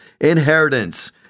inheritance